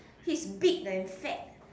he's big and fat